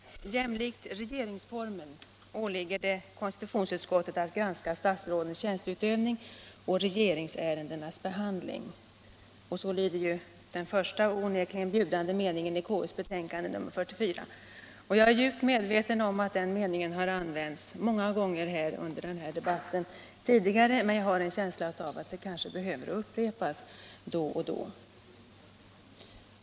Herr talman! Jämlikt regeringsformen åligger det konstitutionsutskottet att granska statsrådens tjänsteutövning och regeringsärendenas handläggning. Så lyder den första — och onekligen bjudande — meningen i konstitutionsutskottets betänkande nr 44. Jag är djupt medveten om att den meningen har använts tidigare många gånger under den här debatten, men jag har en känsla av att den kanske behöver upprepas då och då.